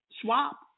swap